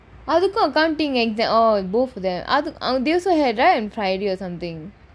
அதுக்கும்:athukkum accounting exam oh go for the அது:athu they also had right on friday or something